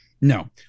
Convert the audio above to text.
no